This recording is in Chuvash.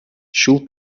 ҫул